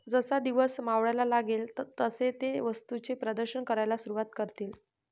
जसा दिवस मावळायला लागेल तसे ते वस्तूंचे प्रदर्शन करायला सुरुवात करतील